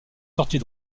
sortie